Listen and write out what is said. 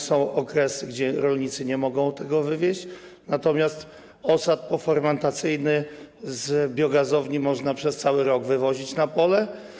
Są okresy, kiedy rolnicy nie mogą tego wywieźć, natomiast osad pofermentacyjny z biogazowni można przez cały rok wywozić na pole.